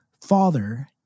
father